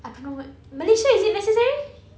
I don't know what malaysia is it necessary